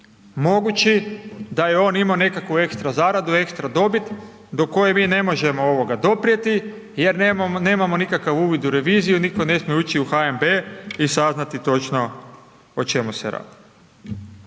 mogući da je on imao nekakvu ekstra zaradu, ekstra dobit do koje mi ne možemo doprijeti jer nemamo nikakav uvid u reviziju, nitko ne smije ući u HNB i saznati točno o čemu se radi.